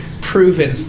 Proven